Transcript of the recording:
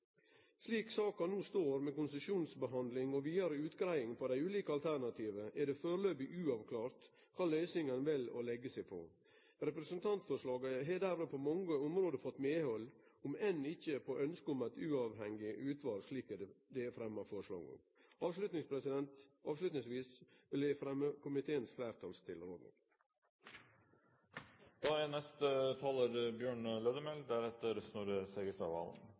Slik saka no står med konsesjonsbehandling og vidare utgreiing av dei ulike alternativa, er det førebels uavklara kva løysing ein vel å leggje seg på. Representantforslaget har derfor på mange område fått medhald, om enn ikkje når det gjeld ønsket om eit uavhengig utval, slik det er fremma forslag om. Avslutningsvis vil eg anbefale komiteens